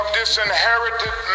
disinherited